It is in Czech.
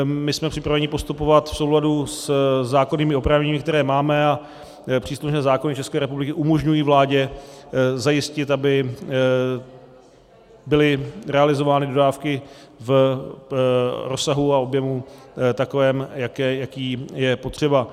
My jsme připraveni postupovat v souladu se zákonnými oprávněními, která máme, a příslušné zákony České republiky umožňují vládě zajistit, aby byly realizovány dodávky v rozsahu a objemu takovém, jaký je potřeba.